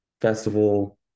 festival